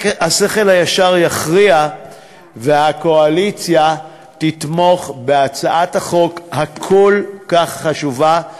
השכל הישר יכריע והקואליציה תתמוך בהצעת החוק הכל-כך חשובה,